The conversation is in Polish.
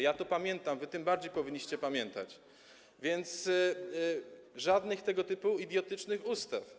Ja to pamiętam, wy tym bardziej powinniście pamiętać, więc żadnych tego typu idiotycznych ustaw.